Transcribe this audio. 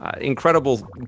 incredible